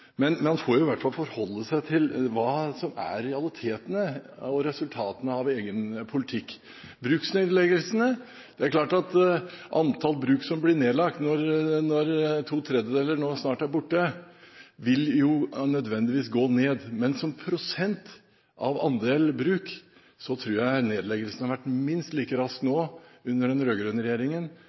Men man må i hvert fall forholde seg til det som er realitetene og resultatene av egen politikk. Til bruksnedleggelsene: Det er klart at tallet på bruk som blir nedlagt når to tredjedeler nå snart er borte, nødvendigvis vil gå ned, men regnet i prosent av andelen bruk, tror jeg nedleggelsene har skjedd minst like raskt nå, under den rød-grønne regjeringen,